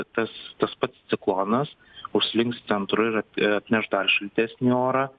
tas tas pats ciklonas užslinks centru ir atneš dar šaltesnį orą